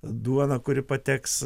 duona kuri pateks